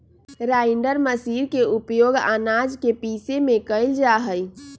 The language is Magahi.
राइण्डर मशीर के उपयोग आनाज के पीसे में कइल जाहई